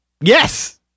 Yes